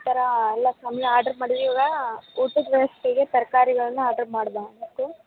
ಒಂಥರ ಎಲ್ಲ ಆರ್ಡರ್ ಮಾಡಿವಿ ಇವಾಗ ಊಟದ ವ್ಯವಸ್ಥೆಗೆ ತರಕಾರಿಗಳನ್ನ ಆರ್ಡರ್ ಮಾಡ್ಬೇಕಿತ್ತು